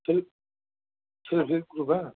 self help ग्रुपा